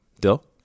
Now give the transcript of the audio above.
Dill